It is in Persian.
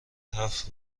هفت